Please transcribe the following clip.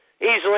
Easily